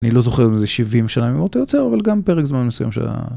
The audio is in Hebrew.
אני לא זוכר אם זה 70 שנה מאותו יוצא אבל גם פרק זמן מסוים של ה..